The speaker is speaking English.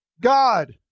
God